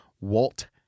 Walt